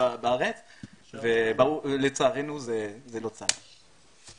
אבל לצערנו זה לא צלח.